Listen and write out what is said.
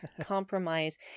compromise